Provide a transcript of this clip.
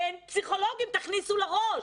אין פסיכולוגים, תכניסו לראש,